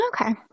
Okay